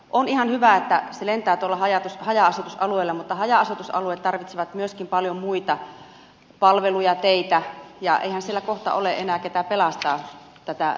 on ihan hyvä että se lentää tuolla haja asutusalueilla mutta haja asutusalueet tarvitsevat myöskin paljon muita palveluja teitä ja eihän siellä kohta ole enää ketä pelastaa tätä menoa